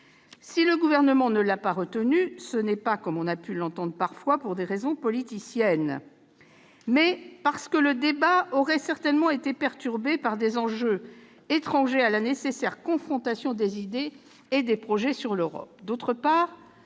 Si le Gouvernement ne l'a pas retenue, ce n'est pas, comme on a pu l'entendre parfois, pour des raisons politiciennes, mais parce que le débat aurait certainement été perturbé par des enjeux étrangers à la nécessaire confrontation des idées et des projets relatifs à l'Europe.